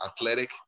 athletic